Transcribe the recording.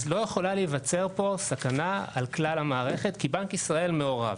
אז לא יכולה להיווצר פה סכנה על כלל המערכת כי בנק ישראל מעורב.